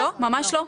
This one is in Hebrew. לא, ממש לא.